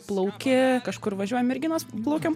plauki kažkur važiuoja merginos plaukiam